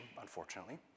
unfortunately